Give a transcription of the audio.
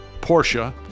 Porsche